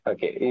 Okay